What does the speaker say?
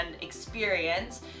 experience